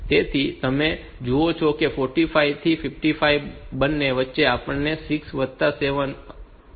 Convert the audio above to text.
તેથી તમે જુઓ છો કે આ 44 થી 51 બંને વચ્ચે આપણને 6 વત્તા 7 કે 8 સ્થાનો મળ્યા છે